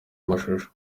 amashusho